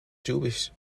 jewish